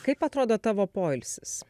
kaip atrodo tavo poilsis